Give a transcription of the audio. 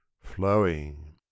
flowing